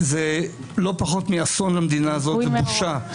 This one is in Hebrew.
זה לא פחות מאסון למדינה הזאת ובושה -- תודה.